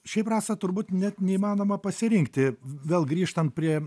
šiaip rasa turbūt net neįmanoma pasirinkti vėl grįžtant prie